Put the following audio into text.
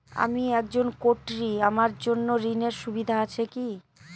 আমি একজন কট্টি আমার জন্য ঋণের সুবিধা আছে কি?